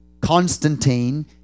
Constantine